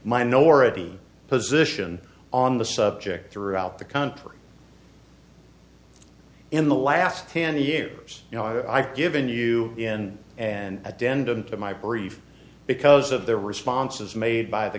minority position on the subject throughout the country in the last ten years you know i've given you in and a dent into my brief because of their responses made by the